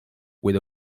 with